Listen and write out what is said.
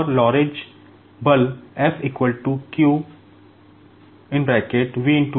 और लोरेंट्ज़ बल